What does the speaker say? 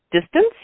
distance